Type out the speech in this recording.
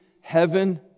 heaven